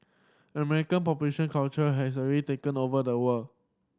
American population culture has already taken over the world